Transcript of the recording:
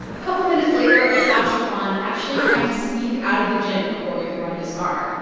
a couple minutes later, i caught gequan actually trying to sneak out of the gym before we could run his card.